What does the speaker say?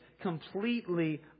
completely